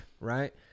right